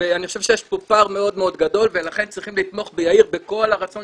ואני חושב שיש פה פער מאוד מאוד גדול ולכן צריכים לתמוך ביאיר בכל הרצון